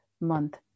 month